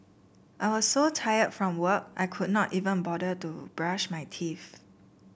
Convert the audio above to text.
I was so tired from work I could not even bother to brush my teeth